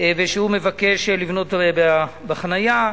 ושהוא מבקש לבנות בחנייה.